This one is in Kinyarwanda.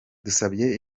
dusabye